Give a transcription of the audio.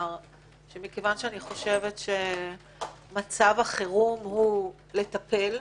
שמכיוון שאני חושבת שמצב החירום הוא לטפל,